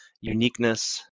uniqueness